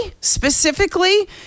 specifically